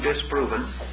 disproven